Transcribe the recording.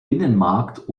binnenmarkt